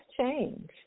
change